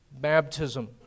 Baptism